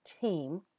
team